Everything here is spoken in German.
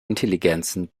intelligenzen